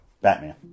Batman